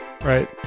Right